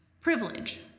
Privilege